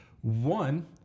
One